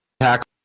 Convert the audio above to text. attack